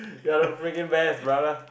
you're the freaking best brother